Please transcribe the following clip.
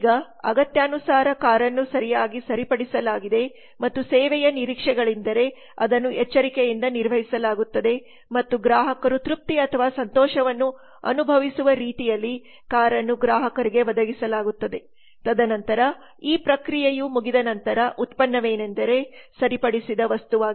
ಈಗ ಅಗತ್ಯಗನುಸಾರ ಕಾರನ್ನು ಸರಿಯಾಗಿ ಸರಿಪಡಿಸಲಾಗಿದೆ ಮತ್ತು ಸೇವೆಯ ನಿರೀಕ್ಷೆಗಳೆಂದರೆ ಅದನ್ನು ಎಚ್ಚರಿಕೆಯಿಂದ ನಿರ್ವಹಿಸಲಾಗುತ್ತದೆ ಮತ್ತು ಗ್ರಾಹಕರು ತೃಪ್ತಿ ಅಥವಾ ಸಂತೋಷವನ್ನು ಅನುಭವಿಸುವ ರೀತಿಯಲ್ಲಿ ಕಾರನ್ನು ಗ್ರಾಹಕರಿಗೆ ಒದಗಿಸಲಾಗುತ್ತದೆ ತದನಂತರ ಈ ಪ್ರಕ್ರಿಯೆಯು ಮುಗಿದ ನಂತರ ಉತ್ಪನ್ನವೇನೆoದರೆ ಸರಿಪಡಿಸಿದ ವಸ್ತುವಾಗಿದೆ